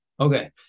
Okay